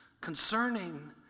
concerning